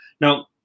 Now